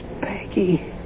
Peggy